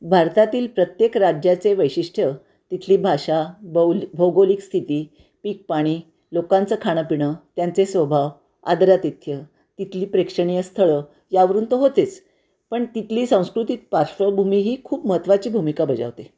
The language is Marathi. भारतातील प्रत्येक राज्याचे वैशिष्ट्य तिथली भाषा बौल भौगोलिक स्थिती पीक पाणी लोकांचं खाणंपिणं त्यांचे स्वभाव आदरातिथ्य तिथली प्रेक्षणीय स्थळं यावरून तर होतेच पण तिथली सांस्कृतिक पार्श्वभूमी ही खूप महत्त्वाची भूमिका बजावते